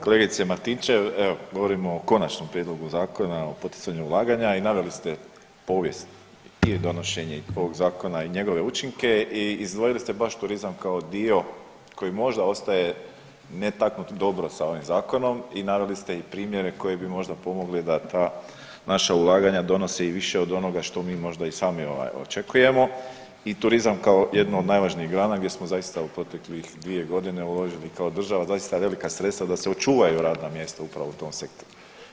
Kolegice Martinčev, evo govorimo o Konačnom prijedlogu Zakona o poticanju ulaganja i naveli ste povijest i donošenje ovog zakona i njegove učinke i izdvojili ste baš turizam kao dio koji možda ostaje netaknut dobro sa ovim zakonom i naveli ste i primjere koji bi možda pomogli da ta naša ulaganja donose i više od onoga što mi možda i sami očekujemo i turizam kao jednu od najvažnijih grana gdje smo zaista u proteklih dvije godine uložili kao država doista velika sredstva da se očuvaju radna mjesta upravo u tom sektoru.